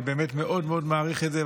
אני באמת מאוד מאוד מעריך את זה,